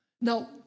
Now